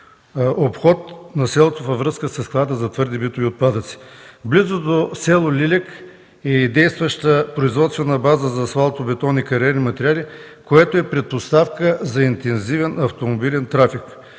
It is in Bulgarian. обход на селото във връзка със склада за твърди битови отпадъци. Близо до с. Лиляк е и действаща производствена база за асфалтобетон и кариерни материали, което е предпоставка за интензивен автомобилен трафик.